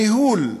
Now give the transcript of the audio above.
הניהול,